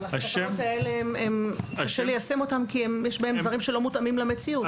אבל התקנות האלה קשה ליישם אותן כי יש בהן דברים שלא מותאמים למציאות.